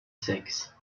sexes